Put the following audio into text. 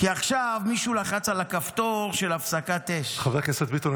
כי עכשיו מישהו לחץ על הכפתור של הפסקת אש -- חבר הכנסת ביטון,